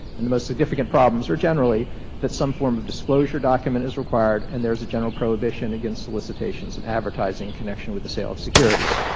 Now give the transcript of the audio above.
and the most significant problems are generally that some form of disclosure document is required and there is a general prohibition against solicitations and advertising in connection with the sale of securities.